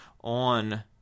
on